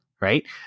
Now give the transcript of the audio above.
right